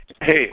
Hey